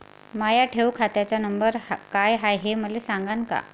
माया ठेव खात्याचा नंबर काय हाय हे मले सांगान का?